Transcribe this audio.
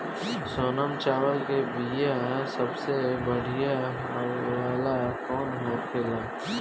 सोनम चावल के बीया सबसे बढ़िया वाला कौन होखेला?